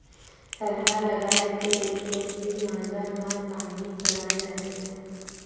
थरहा लगाके के ही मांदा म पानी पलोय जाथे